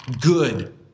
good